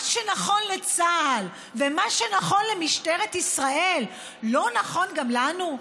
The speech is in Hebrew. מה שנכון לצה"ל ומה שנכון למשטרת ישראל לא נכון גם לנו?